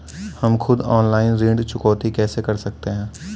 हम खुद ऑनलाइन ऋण चुकौती कैसे कर सकते हैं?